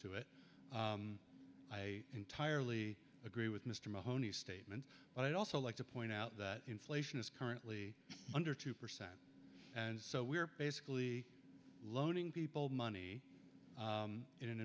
to it i entirely agree with mr mahoney statement but i'd also like to point out that inflation is currently under two percent and so we're basically loaning people money in an